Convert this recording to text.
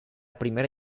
primera